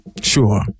Sure